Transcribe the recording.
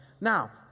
Now